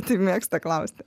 tai mėgsta klausti